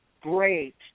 great